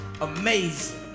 amazing